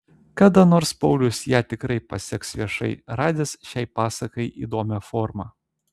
kada nors paulius ją tikrai paseks viešai radęs šiai pasakai įdomią formą